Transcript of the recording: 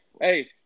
hey